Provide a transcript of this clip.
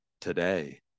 today